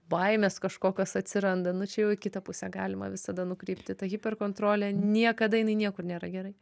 baimės kažkokios atsiranda nu čia jau į kitą pusę galima visada nukrypti ta hiper kontrolė niekada jinai niekur nėra gerai